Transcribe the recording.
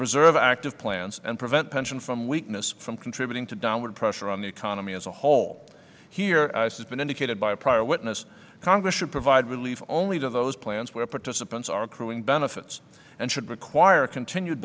preserve active plans and prevent pension from weakness from contributing to downward pressure on the economy as a whole here as has been indicated by a prior witness congress should provide relief only to those plans where participants are accruing benefits and should require continued